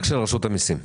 רק של רשות המיסים.